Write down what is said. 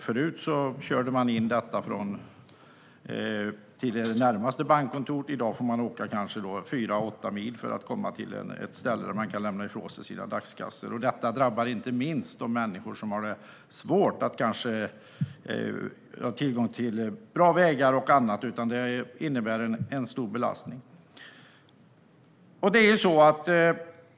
Förut körde man in detta till närmaste bankkontor, men i dag får man åka kanske fyra åtta mil för att komma till ett ställe där man kan lämna ifrån sig sina dagskassor. Detta drabbar inte minst de människor som inte har tillgång till bra vägar; det innebär en stor belastning.